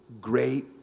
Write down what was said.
great